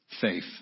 Faith